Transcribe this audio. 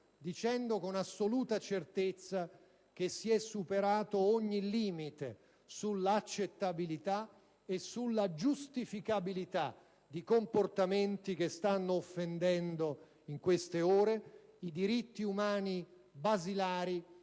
dicendo con assoluta certezza che si è superato ogni limite sulla accettabilità e sulla giustificabilità di comportamenti che stanno offendendo in queste ore i diritti umani basilari,